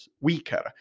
weaker